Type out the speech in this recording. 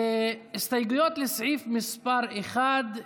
הסתייגויות לסעיף מס' 1,